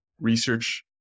research